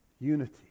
unity